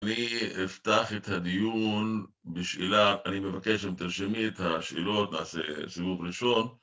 אני אפתח את הדיון בשאלה, אני מבקש שתרשמי את השאלות, נעשה סיבוב ראשון